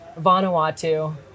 Vanuatu